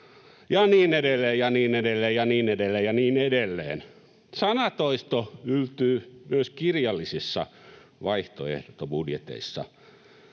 Ja niin edelleen ja niin edelleen ja niin edelleen ja niin edelleen. Sanatoisto yltyy myös kirjallisissa vaihtoehtobudjeteissa.